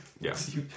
Yes